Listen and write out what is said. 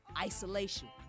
isolation